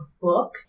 Book